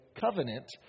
Covenant